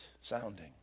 sounding